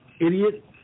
idiot